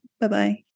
Bye-bye